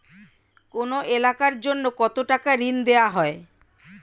কোন এলাকার জন্য কত টাকা ঋণ দেয়া হয়?